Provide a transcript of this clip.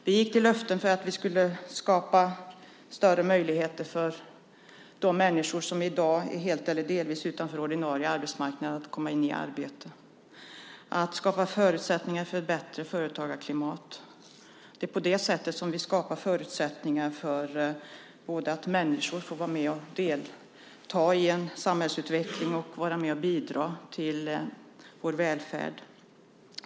Vi gick till val med löften om att vi skulle skapa större möjligheter för de människor som i dag står helt eller delvis utanför ordinarie arbetsmarknad att komma in i arbete och att vi skulle skapa förutsättningar för ett bättre företagarklimat. Det är på det sättet som vi skapar förutsättningar för att människor både får vara med och delta i samhällsutvecklingen och får vara med och bidra till vår välfärd.